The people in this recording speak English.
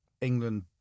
England